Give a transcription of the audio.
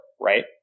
right